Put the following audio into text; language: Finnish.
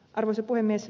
arvoisa puhemies